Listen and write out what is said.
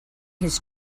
his